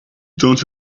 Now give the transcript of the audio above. don’t